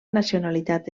nacionalitat